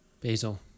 Basil